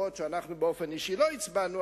אנחנו באופן אישי לא הצבענו,